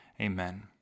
Amen